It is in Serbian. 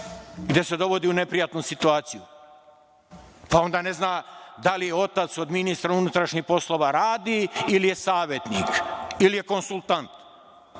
gde se dovodi u neprijatnu situaciju. Onda ne zna da li je otac od ministra unutrašnjih poslova radi ili je savetnik ili je konsultant,